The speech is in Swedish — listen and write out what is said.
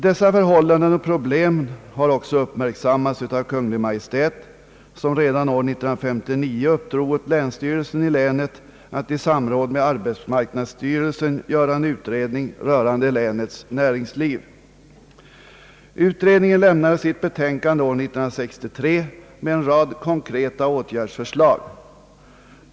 Dessa förhållanden och problem har också uppmärksammats av Kungl. Maj:t, som redan år 1959 uppdrog åt länsstyrelsen i länet att i samråd med arbetsmarknadsstyrelsen genomföra en utredning rörande länets näringsliv. åtgärdsförslag.